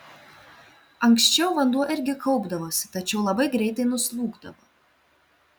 anksčiau vanduo irgi kaupdavosi tačiau labai greitai nuslūgdavo